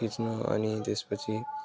खिच्न अनि त्यसपछि